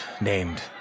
named